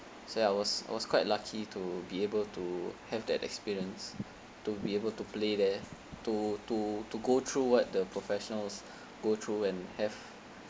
so I was I was quite lucky to be able to have that experience to be able to play there to to to go through what the professionals go through and have